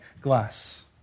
glass